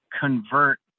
convert